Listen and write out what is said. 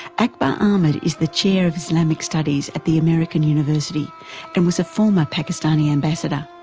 akbar ahmed is the chair of islamic studies at the american university and was a former pakistani ambassador.